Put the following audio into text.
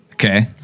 Okay